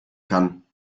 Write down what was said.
kann